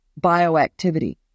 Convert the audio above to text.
bioactivity